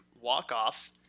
walk-off